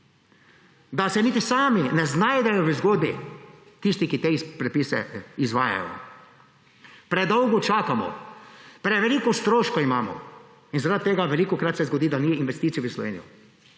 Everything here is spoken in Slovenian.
da se niti sami ne znajdejo v / nerazumljivo/ tisti, ki te predpise izvajajo. Predolgo čakamo, preveliko stroškov imamo, zaradi tega se velikokrat zgodi, da ni investicij v Slovenijo.